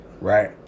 Right